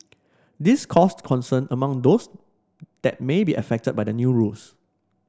this caused concern among those that may be affected by the new rules